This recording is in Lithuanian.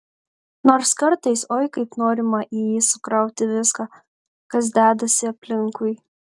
nors kartais oi kaip norima į jį sukrauti viską kas dedasi aplinkui